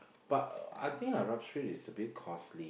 but I think Arab Street is a bit costly